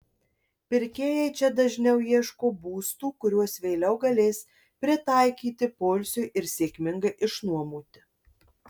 pirkėjai čia dažniau ieško būstų kuriuos vėliau galės pritaikyti poilsiui ir sėkmingai išnuomoti